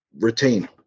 retain